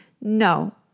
No